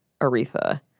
Aretha